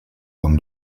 con